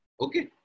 Okay